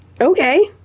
okay